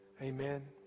Amen